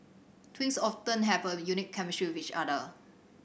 twins often have a unique chemistry with each other